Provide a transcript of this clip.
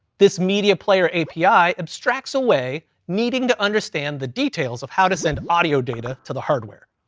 this media player api abstracts away needing to understand the details of how to send audio data to the hardware.